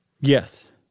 Yes